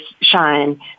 shine